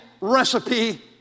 recipe